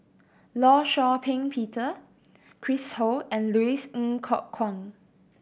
Law Shau Ping Peter Chris Ho and Louis Ng Kok Kwang